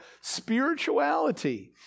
spirituality